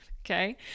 Okay